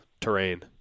terrain